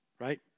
Right